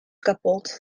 kapot